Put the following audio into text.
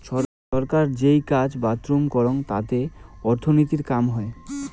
ছরকার যেই কাজা বুরুম করং তাতি অর্থনীতির কাম হই